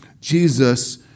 Jesus